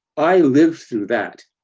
i lived through that!